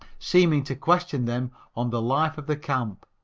seeming to question them on the life of the camp,